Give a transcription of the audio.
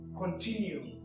continue